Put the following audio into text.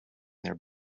their